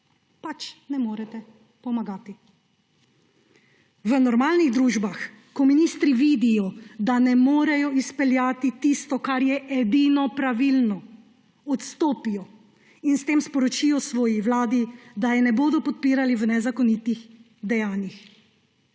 pač ne morete pomagati. V normalnih družbah, ko ministri vidijo, da ne morejo izpeljati tistega, kar je edino pravilno, odstopijo in s tem sporočijo svoji vladi, da je ne bodo podpirali v nezakonitih dejanjih.